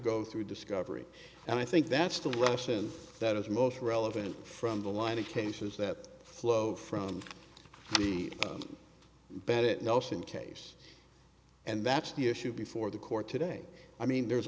go through discovery and i think that's the lesson that is most relevant from the line of cases that flow from the bad it nelson case and that's the issue before the court today i mean there's